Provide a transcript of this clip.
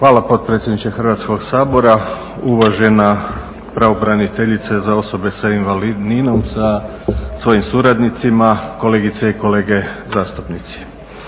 Hvala potpredsjedniče Hrvatskog sabora. Uvažena pravobraniteljice za osobe s invaliditetom, sa svojim suradnicima, kolegice i kolege zastupnici.